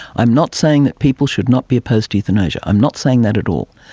i'm not saying that people should not be opposed to euthanasia, i'm not saying that at all.